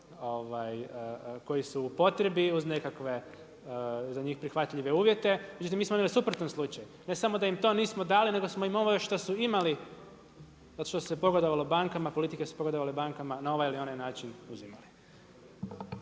koji su uz potrebi, uz nekakve za njih prihvatljive uvjete. Međutim, mi smo imali suprotan slučaj, ne samo da im to nismo dali, nego i ovo što su imali to se pogodovalo bankama, politike su pogodovale bankama na ovaj ili na onaj način uzimali.